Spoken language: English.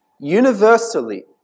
universally